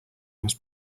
must